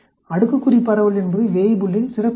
அடுக்குக்குறி பரவல் என்பது வேய்புல்லின் சிறப்பு நிலைமை